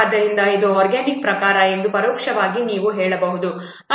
ಆದ್ದರಿಂದ ಇದು ಆರ್ಗ್ಯಾನಿಕ್ ಪ್ರಕಾರ ಎಂದು ಪರೋಕ್ಷವಾಗಿ ನೀವು ಹೇಳಬಹುದು